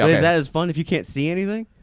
is that as fun if you can't see anything?